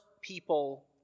people